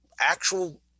actual